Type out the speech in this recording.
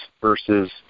versus